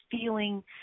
feeling